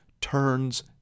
turns